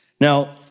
Now